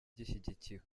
gishyigikiwe